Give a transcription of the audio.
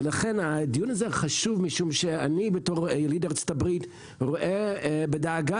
לכן הדיון הזה חשוב משום שאני בתור יליד ארה"ב רואה בדאגה